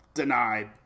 denied